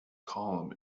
column